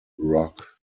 rock